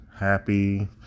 happy